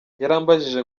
yarambajije